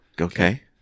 Okay